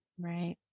Right